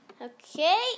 Okay